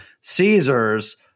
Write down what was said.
Caesars